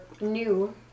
new